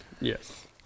Yes